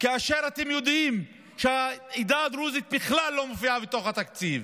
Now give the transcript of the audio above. כאשר אתם יודעים שהעדה הדרוזית בכלל לא מופיעה בתוך התקציב?